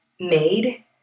made